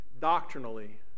doctrinally